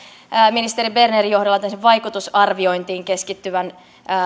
ministeri bernerin johdolla vaikutusarviointiin